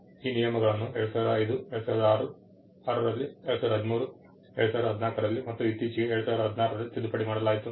ಈ ನಿಯಮಗಳನ್ನು 2005 2006 ರಲ್ಲಿ 2013 2014 ರಲ್ಲಿ ಮತ್ತು ಇತ್ತೀಚೆಗೆ 2016 ರಲ್ಲಿ ತಿದ್ದುಪಡಿ ಮಾಡಲಾಯಿತು